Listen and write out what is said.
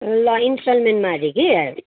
ल इन्सटलमेन्टमा अरे कि